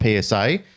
PSA